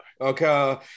Okay